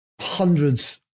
hundreds